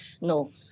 No